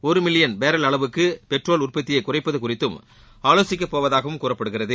ஒரு million barrel அளவுக்கு petrol உற்பத்தியை குறைப்பது குறித்தும் ஆலோசிக்கப்போவதாகவும் கூறப்படுகிறது